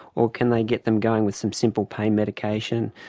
or can they get them going with some simple pain medication?